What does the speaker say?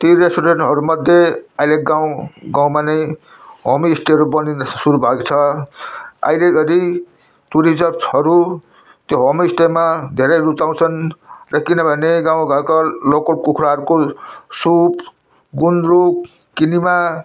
त्यही रेस्टुरेन्टहरूमध्ये अहिले गाउँगाउँमा नै होमस्टेहरू बनिनु चाहिँ सुरु भएको छ अहिले कति टुरिस्टहरू त्यो होमस्टेमा धेरै रुचाउँछन् किनभने गाउँघरको लोकल कुखुराहरूको सुप गुन्द्रुक किनेमा